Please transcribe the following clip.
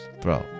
Bro